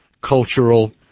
cultural